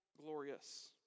glorious